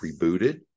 rebooted